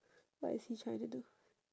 what is he trying to do